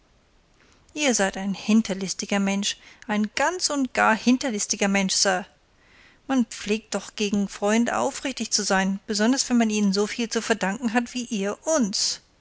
ihr seid ein hinterlistiger mensch ein ganz und gar hinterlistiger mensch sir man pflegt doch gegen freunde aufrichtig zu sein besonders wenn man ihnen so viel zu verdanken hat wie ihr uns